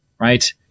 Right